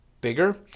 bigger